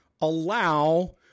allow